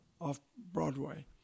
Off-Broadway